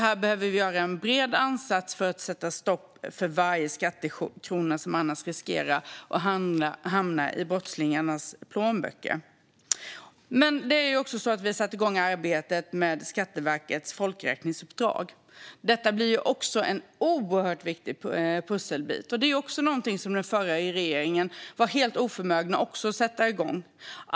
Här behöver vi göra en bred ansats för att sätta stopp för varje skattekrona som annars riskerar hamna i brottslingarnas plånböcker. Vi har också satt igång arbetet med Skatteverkets folkräkningsuppdrag. Detta blir också en oerhört viktig pusselbit, och det är också någonting som den förra regeringen var helt oförmögen att sätta igång.